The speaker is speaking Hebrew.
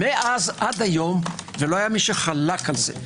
מאז עד היום לא היה מי שחלק על זה.